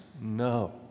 no